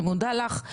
אני מודה לך.